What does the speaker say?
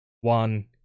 one